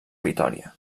vitòria